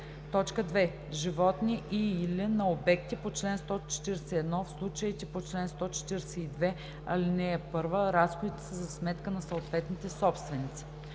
1; 2. животни и/или на обекти по чл. 141; в случаите по чл. 142, ал. 1 разходите са за сметка на съответните собственици.“